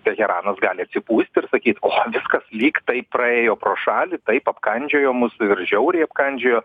teheranas gali atsipūst ir sakyt o viskas lyg tai praėjo pro šalį taip apkandžiojo mūs ir žiauriai apkandžiojo